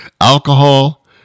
Alcohol